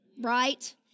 right